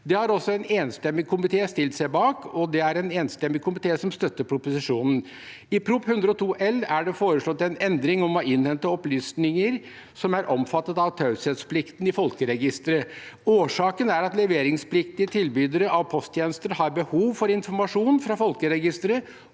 Det har også en enstem mig komité stilt seg bak, og det er en enstemmig komité som støtter proposisjonen. I Prop. 102 L for 2022–2023 er det foreslått en endring om å innhente opplysninger som er omfattet av taushetsplikt i folkeregisteret. Årsaken er at leveringspliktige tilbydere av posttjenester har behov for informasjon fra folkeregisteret